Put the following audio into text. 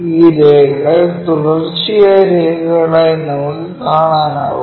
ഈ രേഖകൾ തുടർച്ചയായ രേഖകളായി നമുക്ക് കാണാനാകും